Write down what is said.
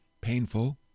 painful